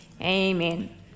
amen